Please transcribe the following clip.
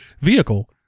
vehicle